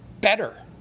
better